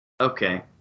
Okay